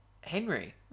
Henry